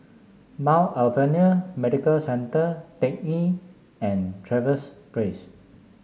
Mount Alvernia Medical Centre Teck Ghee and Trevose Place